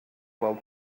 while